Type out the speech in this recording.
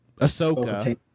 Ahsoka